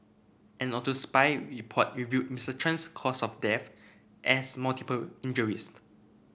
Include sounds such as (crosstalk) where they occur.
an autopsy report revealed Mister Chan's cause of death as multiple injuries (unintelligible)